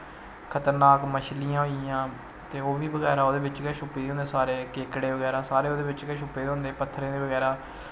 खतरनाक मछलियां होइयां ते ओह्बी बगैरा ओह्दे बिच्च गै छुप्पी दियां होंदियां सारे केकड़े बगैरा सारे ओह्दै बिच्च गै छुप्पे दे होंदे पत्थरें दे बगैरा